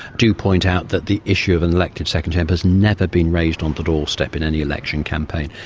do point out that the issue of an elected second chamber has never been raised on the doorstep in any election campaign.